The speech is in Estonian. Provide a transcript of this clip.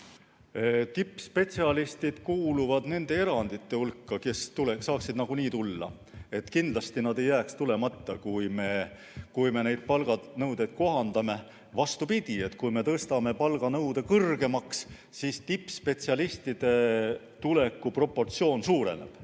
Tippspetsialistid kuuluvad nende erandite hulka, kes saaksid nagunii tulla. Kindlasti nad ei jääks tulemata, kui me neid palganõudeid kohandame. Vastupidi, kui me tõstame palganõude kõrgemaks, siis tippspetsialistide tuleku proportsioon suureneb